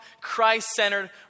Christ-centered